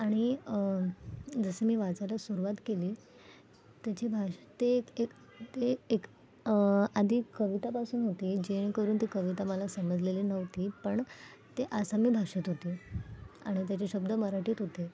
आणि जसं मी वाचायला सुरवात केली त्याची भाषा ते इत ते इत आधी कवितापासून होते जेणेकरून ती कविता मला समजलेली नव्हती पण ते आसामी भाषेत होते आणि त्याचे शब्द मराठीत होते